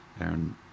Aaron